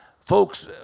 folks